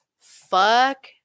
fuck